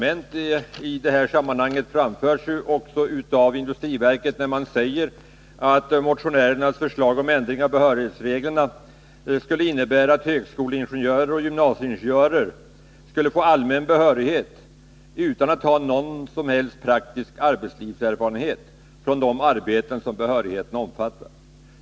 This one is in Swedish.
Ett tungt industriverket när man säger att motionärernas förslag till ändring av behörighetsreglerna skulle innebära att högskoleingenjörer och gymnasieingenjörer skulle få allmän behörighet utan att ha någon som helst praktisk arbetslivserfarenhet från de arbeten som behörigheten omfattar.